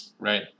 Right